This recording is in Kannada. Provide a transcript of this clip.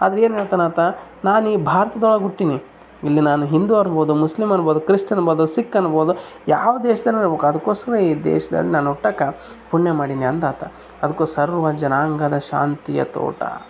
ಆದ್ರೆ ಏನು ಹೇಳ್ತನಂತ ನಾನು ಈ ಭಾರತದೋಳ್ಗ ಹುಟ್ಟಿನಿ ಇಲ್ಲಿ ನಾನು ಹಿಂದು ಆಗ್ಬೋದು ಮುಸ್ಲಿಮ್ ಅನ್ಬೋದು ಕ್ರಿಶ್ಚನ್ ಅನ್ಬೋದು ಸಿಖ್ ಅನ್ಬೋದು ಯಾವ ದೇಶದಲ್ಲಿ ಇರ್ಬೋಕ್ ಅದಕೋಸ್ಕರ ಈ ದೇಶ್ದಲ್ಲಿ ನಾನು ಹುಟ್ಟೊಕ ಪುಣ್ಯ ಮಾಡೀನಿ ಅಂದಾತ ಅದುಕ ಸರ್ವ ಜನಾಂಗದ ಶಾಂತಿಯ ತೋಟ